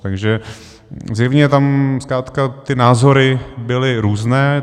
Takže zjevně tam zkrátka ty názory byly různé.